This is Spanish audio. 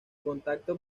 contacto